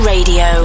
Radio